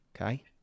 Okay